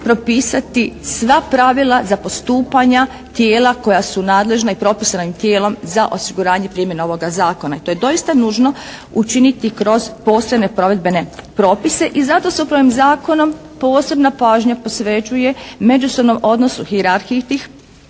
propisati sva pravila za postupanja tijela koja su nadležna i propisanim tijelom za osiguranje i primjenu ovoga Zakona. To je doista nužno učiniti kroz posebne provedbene propise i zato se upravo ovim Zakonom posebna pažnja posvećuje međusobnom odnosu, hijerarhiji tih